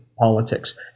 politics